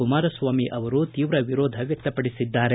ಕುಮಾರಸ್ವಾಮಿ ಅವರು ತೀವ್ರ ವಿರೋಧ ವ್ವಕ್ತಪಡಿಸಿದ್ದಾರೆ